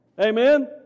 Amen